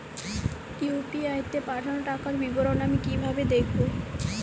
UPI তে পাঠানো টাকার বিবরণ আমি কিভাবে দেখবো?